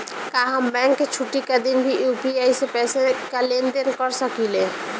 का हम बैंक के छुट्टी का दिन भी यू.पी.आई से पैसे का लेनदेन कर सकीले?